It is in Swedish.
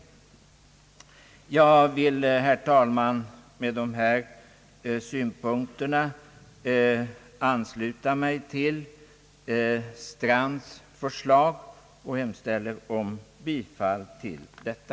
Jag vill, herr talman, med dessa synpunkter ansluta mig till herr Strands förslag och hemställer om bifall till detta.